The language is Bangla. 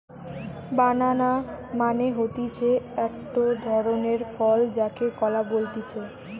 বানানা মানে হতিছে একটো ধরণের ফল যাকে কলা বলতিছে